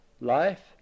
life